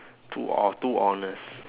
too orh too honest